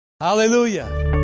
Hallelujah